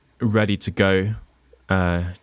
ready-to-go